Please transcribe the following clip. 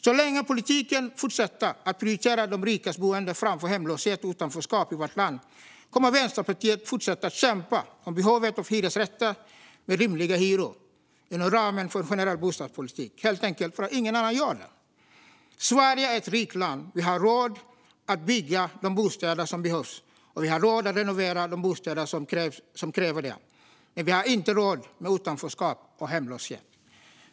Så länge politiken fortsätter att prioritera de rikas boende framför hemlöshet och utanförskap i vårt land kommer Vänsterpartiet att fortsätta kämpa för behovet av hyresrätter med rimliga hyror inom ramen för en generell bostadspolitik, helt enkelt för att ingen annan gör det. Sverige är ett rikt land. Vi har råd att bygga de bostäder som behövs, och vi har råd att renovera de bostäder som kräver det. Men vi har inte råd med utanförskap och hemlöshet.